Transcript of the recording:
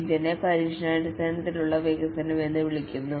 ഇതിനെ test driven വികസനം എന്ന് വിളിക്കുന്നു